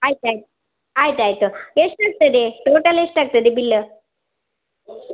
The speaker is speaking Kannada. ಆಯ್ತು ಆಯ್ತು ಆಯ್ತು ಆಯಿತು ಎಷ್ಟಾಗ್ತದೆ ಟೋಟಲ್ ಎಷ್ಟಾಗ್ತದೆ ಬಿಲ್ಲು